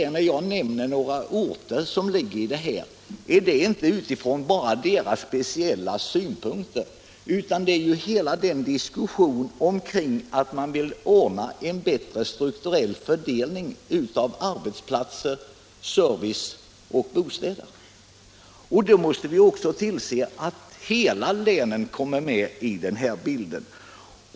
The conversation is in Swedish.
När jag nämner några orter i dessa områden är det inte för att ta upp just deras speciella synpunkter, utan det gäller hela diskussionen omkring att ordna en bättre strukturell fördelning av arbetsplatser, service och bostäder. Då måste vi också se till att hela länen kommer med i bilden.